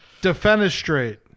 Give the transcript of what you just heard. Defenestrate